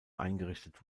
eingerichtet